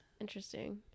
Interesting